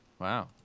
Wow